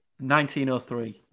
1903